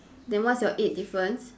then what's your eight difference